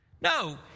No